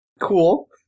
Cool